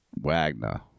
Wagner